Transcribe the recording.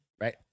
right